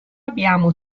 abbiamo